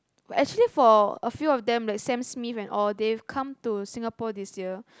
actually for a few of them like Sam-Smith and all they come to Singapore this year